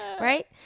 right